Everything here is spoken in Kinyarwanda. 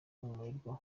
umurerwa